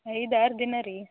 ಐದು ಆರು ದಿನ ರೀ